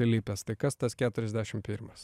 įlipęs tai kas tas keturiasdešim pirmas